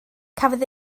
cafodd